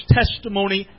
testimony